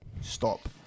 stop